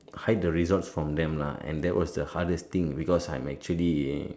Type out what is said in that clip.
hide the results from them lah and that was the hardest thing because I'm actually